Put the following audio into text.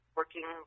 working